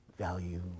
value